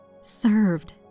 served